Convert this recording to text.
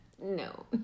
No